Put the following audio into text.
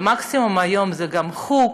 ומקסימום היום זה גם חוג,